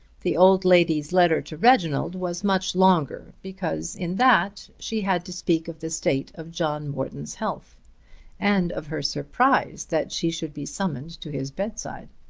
the old lady's letter to reginald was much longer because in that she had to speak of the state of john morton's health and of her surprise that she should be summoned to his bedside.